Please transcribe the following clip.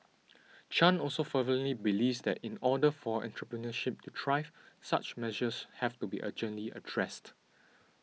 Chan also fervently believes that in order for entrepreneurship to thrive such measures have to be urgently addressed